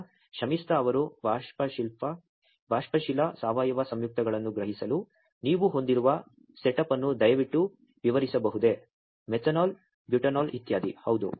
ಆದ್ದರಿಂದ ಶಮಿಸ್ತಾ ಅವರು ಬಾಷ್ಪಶೀಲ ಸಾವಯವ ಸಂಯುಕ್ತಗಳನ್ನು ಗ್ರಹಿಸಲು ನೀವು ಹೊಂದಿರುವ ಸೆಟಪ್ ಅನ್ನು ದಯವಿಟ್ಟು ವಿವರಿಸಬಹುದೇ ಮೆಥನಾಲ್ ಬ್ಯೂಟಾನಾಲ್ ಇತ್ಯಾದಿ